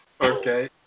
Okay